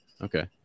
okay